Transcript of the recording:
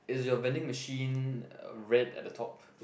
is your vending machine uh red at the top